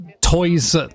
toys